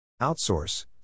Outsource